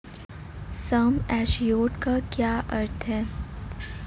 सम assured का क्या अर्थ है?